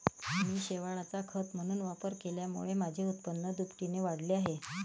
मी शेवाळाचा खत म्हणून वापर केल्यामुळे माझे उत्पन्न दुपटीने वाढले आहे